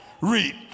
reap